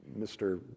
Mr